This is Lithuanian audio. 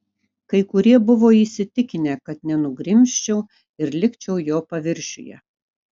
kai kurie buvo įsitikinę kad nenugrimzčiau ir likčiau jo paviršiuje